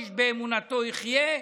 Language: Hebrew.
איש באמונתו יחיה.